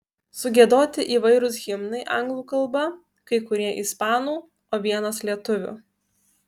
sugiedoti įvairūs himnai anglų kalba kai kurie ispanų o vienas lietuvių